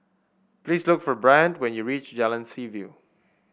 please look for Bryant when you reach Jalan Seaview